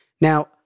Now